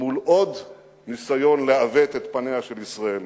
מול עוד ניסיון לעוות את פניה של ישראל,